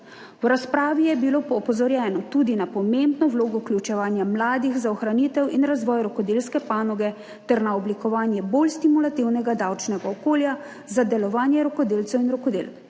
V razpravi je bilo opozorjeno tudi na pomembno vlogo vključevanja mladih za ohranitev in razvoj rokodelske panoge ter na oblikovanje bolj stimulativnega davčnega okolja za delovanje rokodelcev in rokodelk.